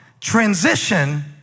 Transition